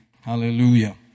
Hallelujah